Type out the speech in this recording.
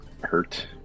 hurt